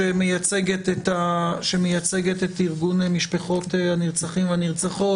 שמייצגת את ארגון משפחות הנרצחים והנרצחות.